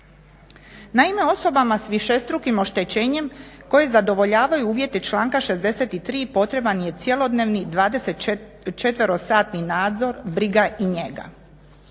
Naime, osobama s višestrukim oštećenjima koje zadovoljavaju uvjete članka 63. potreban je cjelodnevni 24-satni nadzor, briga i njega,